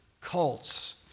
cults